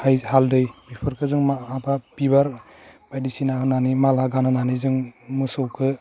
high हालदै बेफोरखौ जों माह हाबाब बिबार बायदिसिना होनानै माला गानहोनानै जों मोसौखो